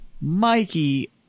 Mikey